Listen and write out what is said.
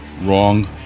Wrong